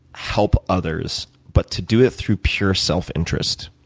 help others, but to do it through pure self-interest,